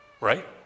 Right